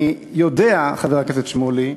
אני יודע, חבר הכנסת שמולי,